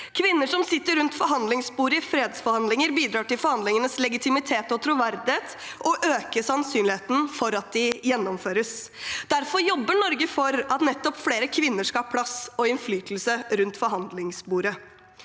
Kvinner som sitter rundt forhandlingsbordet i fredsforhandlinger, bidrar til forhandlingenes legitimitet og troverdighet og øker sannsynligheten for at forhandlingene gjennomføres. Derfor jobber Norge for at nettopp flere kvinner skal ha plass og innflytelse rundt forhandlingsbordet.